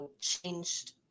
changed